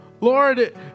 Lord